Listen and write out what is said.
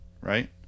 right